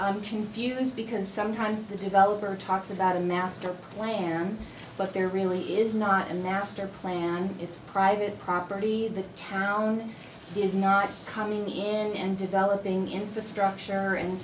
i'm confused because sometimes the developer talks about a master plan but there really is not in their step plan it's private property the town is not coming the and developing infrastructure and